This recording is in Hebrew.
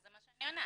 זה מה שאני עונה.